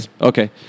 okay